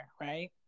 right